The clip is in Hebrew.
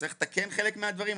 צריך לתקן חלק מהדברים,